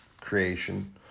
creation